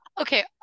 Okay